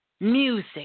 music